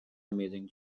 amazing